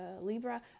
Libra